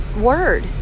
Word